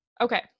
okay